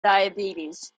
diabetes